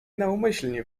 naumyślnie